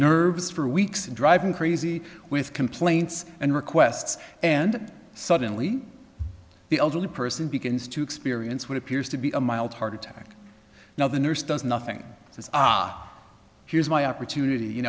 nerves for weeks and driving crazy with complaints and requests and suddenly the elderly person begins to experience what appears to be a mild heart attack now the nurse does nothing says here's my opportunity you